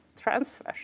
transfer